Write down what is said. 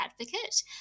advocate